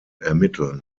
ermitteln